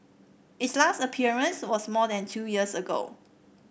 its last appearance was more than two years ago